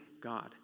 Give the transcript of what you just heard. God